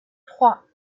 trois